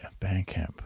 Bandcamp